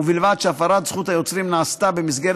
ובלבד שהפרת זכות היוצרים נעשתה במסגרת